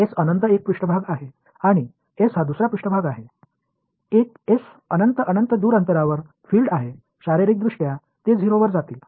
S अनंत एक पृष्ठभाग आहे आणि एस हा दुसरा पृष्ठभाग आहे एस अनंत अनंत दूर अंतरावर फिल्ड आहे शारीरिकदृष्ट्या ते 0 वर जातील